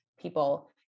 people